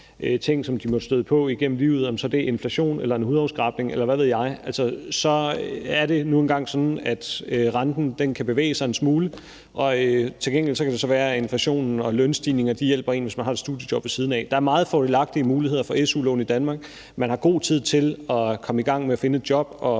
ting, som de måtte støde på igennem livet – om det så er inflation eller en hudafskrabning, eller hvad ved jeg – så er det nu engang sådan, at renten kan bevæge sig en smule. Til gengæld kan det så være, at inflation og lønstigninger hjælper en, hvis man har et studiejob ved siden af. Der er meget fordelagtige muligheder for su-lån i Danmark. Man har god tid til at komme i gang med at finde et job og